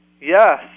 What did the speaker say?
Yes